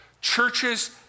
Churches